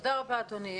תודה רבה אדוני.